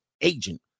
Agent